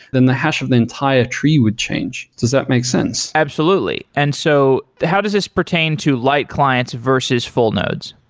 then the hash of the entire tree would change. does that make sense? absolutely. and so how does this pertain to light clients versus full nodes?